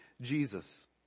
Jesus